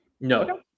No